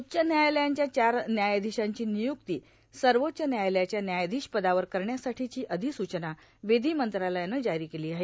उच्च न्यायालयांच्या चार न्यायाधीशांची नियुक्ती सर्वाच्च न्यायालयाच्या न्यायाधीश पदावर करण्यासाठोंची र्शाधसूचना र्वधी मंत्रालयानं जारो केलो आहे